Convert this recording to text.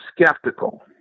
skeptical